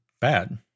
bad